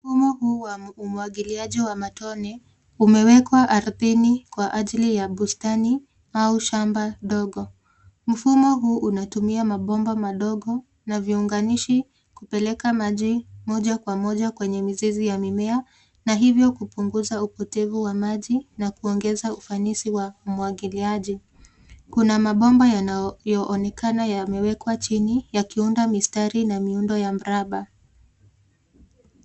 Mfumo huu wa umwagiliaji wa matone umewekwa ardhini kwa ajili ya bustani au shamba ndogo. Mfumo huu unatumia mabomba madogo na viunganishi kupeleka maji moja kwa moja kwenye mizizi ya mimea na hivyo kupunguza upotevu wa maji na kuongeza ufanisi wa umwagiliaji. Kuna mabomba yanayoonekana yamewekwa chini yakiunda mistari na miundo ya mraba.